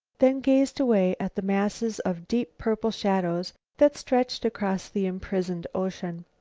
then gazed away at the masses of deep purple shadows that stretched across the imprisoned ocean.